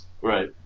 Right